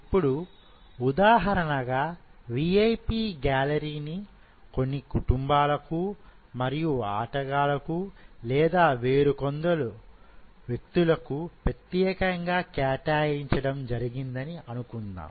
ఇప్పుడు ఉదాహరణ గా VIP వీఐపీ గ్యాలరీని కొన్ని కుటుంబాలకు మరియు ఆటగాళ్లకు లేదా వేరు కొందరుకు ప్రత్యేకంగా కేటాయించడం జరిగింది అని అనుకుందాం